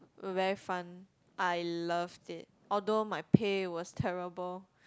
very fun I loved it although my pay was terrible